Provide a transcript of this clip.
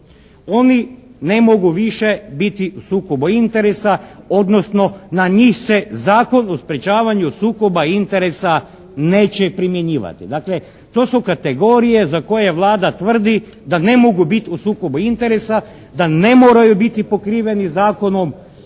Oni ne mogu više biti u sukobu interesa, odnosno na njih se Zakon o sprječavanju sukoba interesa neće primjenjivati. Dakle, to su kategorije za koje Vlada tvrdi da ne mogu biti u sukobu interesa, da ne moraju biti pokriveni zakonom